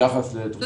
הקדושים.